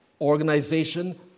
organization